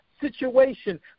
situation